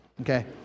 okay